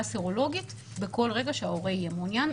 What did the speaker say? סרולוגית - בכל רגע שההורה יהיה מעוניין,